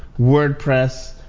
WordPress